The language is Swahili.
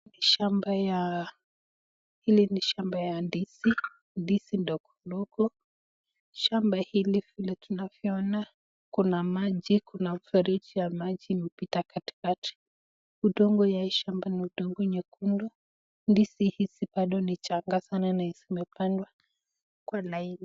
Shamba ya... Hili ni shamba ya ndizi , ndizi ndogo ndogo. Shamba hili vile tunavyoona kuna maji, kuna mfereji ya maji imepita katikati . Udongo ya hii shamba ni udongo nyekundu . Ndizi hizi bado ni changa sana na zimepandwa kwa laini.